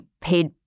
paid